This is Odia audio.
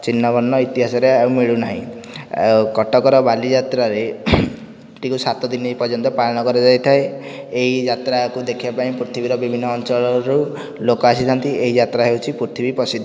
ଚିହ୍ନବର୍ଣ୍ଣ ଇତିହାସରେ ଆଉ ମିଳୁନାହିଁ କଟକର ବାଲିଯାତ୍ରାରେ ଟିକୁ ସାତ ଦିନ ପର୍ଯ୍ୟନ୍ତ ପାଳନ କରାଯାଇଥାଏ ଏହି ଯାତ୍ରାକୁ ଦେଖିବା ପାଇଁ ପୃଥିବୀର ବିଭିନ୍ନ ଅଞ୍ଚଳରୁ ଲୋକ ଆସିଥାନ୍ତି ଏହି ଯାତ୍ରା ହେଉଛି ପୃଥିବୀ ପ୍ରସିଦ୍ଧ